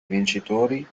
vincitori